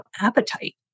appetite